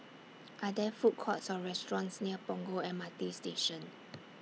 Are There Food Courts Or restaurants near Punggol M R T Station